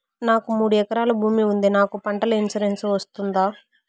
నాకు మూడు ఎకరాలు భూమి ఉంది నాకు పంటల ఇన్సూరెన్సు వస్తుందా?